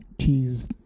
cheese